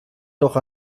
doch